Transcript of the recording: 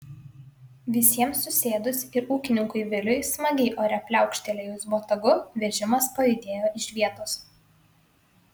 visiems susėdus ir ūkininkui viliui smagiai ore pliaukštelėjus botagu vežimas pajudėjo iš vietos